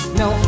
no